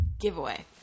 giveaway